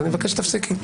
אז אני מבקש שתפסיקי.